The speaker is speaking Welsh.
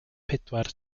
pedwar